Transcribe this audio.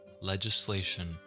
legislation